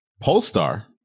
Polestar